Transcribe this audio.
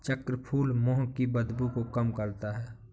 चक्रफूल मुंह की बदबू को कम करता है